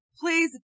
please